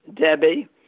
Debbie